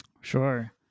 Sure